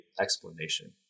explanation